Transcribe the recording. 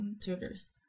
tutors